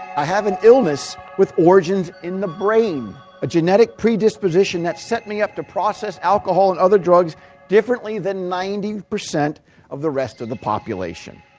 i have an illness with origins in the brain, a genetic predisposition that's set me up to process alcohol and other drugs differently than ninety percent of the rest of the population.